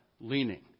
leaning